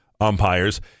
umpires